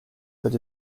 that